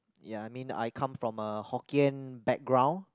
ya I mean I come from a Hokkien background